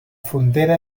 frontera